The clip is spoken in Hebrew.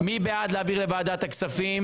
מי בעד להעביר לוועדת הכספים?